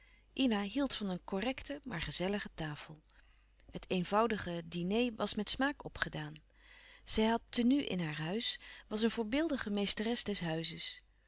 ina hield van een correcte maar gezellige tafel het eenvoudige diner was met smaak opgedaan zij had tenue in haar huis was een voorbeeldige meesteres des huizes zij had